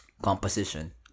Composition